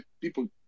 people